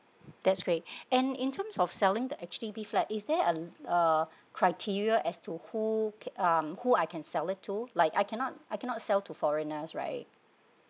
that's great and in terms of selling the H_D_B flat is there a a criteria as to who can um who I can sell it to like I cannot I cannot sell to foreigners right